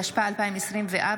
התשפ"ה 2024,